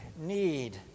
need